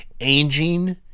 aging